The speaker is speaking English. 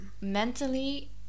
mentally